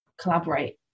collaborate